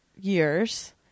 years